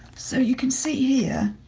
so you can see here,